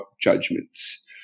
judgments